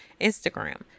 Instagram